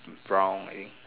brown i think